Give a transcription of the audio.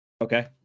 Okay